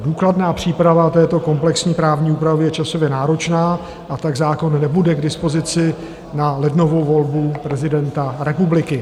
Důkladná příprava této komplexní právní úpravy je časově náročná, a tak zákon nebude k dispozici na lednovou volbu prezidenta republiky.